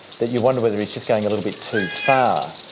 that you wonder whether he's just going a little bit too far.